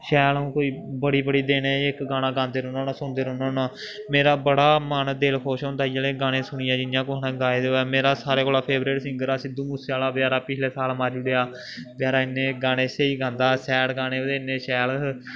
शैल अ'ऊं कोई बड़ी बड़ी दिन इक गाना गांदे रौहन्ना होन्नां सुनदे रौंह्दे होन्ना मेरा बड़ा मन दिल खुश होंदा जिसलै एह् गाने सुनियै जिसलै कुसै ने गाए दा होऐ मेरा सारें कोला फेवरट सिंगर ऐ सिद्धू मूसे आह्ला बचैरा पिछले साल मारी ओड़ेआ बचैरा इन्ने गाने स्हेई गांदा हा सैड गाने ओह्दे इन्ने शैल हे